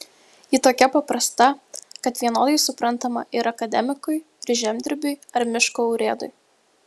ji tokia paprasta kad vienodai suprantama ir akademikui ir žemdirbiui ar miško urėdui